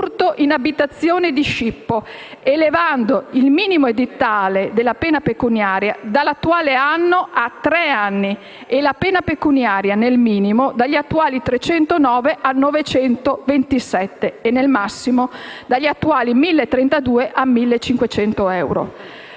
in abitazione e di scippo, elevando il minimo edittale della pena detentiva dall'attuale anno a tre anni e la pena pecuniaria, nel minimo, dagli attuali 309 a 927 euro e, nel massimo, dagli attuali 1.032 a 1.500 euro.